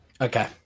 okay